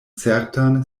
certan